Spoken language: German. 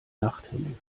nachthimmel